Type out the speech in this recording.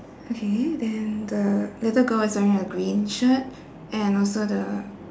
okay then the little girl is wearing a green shirt and also the